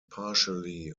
partially